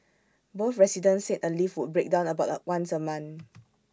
both residents said A lift would break down about once A month